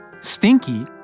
stinky